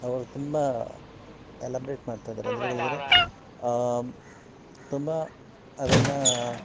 ಅವರು ತುಂಬ ಎಲಬ್ರೇಟ್ ಮಾಡ್ತಾಯಿದ್ದಾರೆ ಅಂದರೆ ಹೇಳಿದರೆ ತುಂಬ ಅದನ್ನು